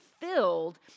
filled